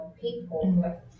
people